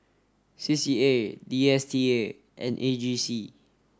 C C A D S T A and A G C